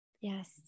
Yes